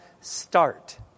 start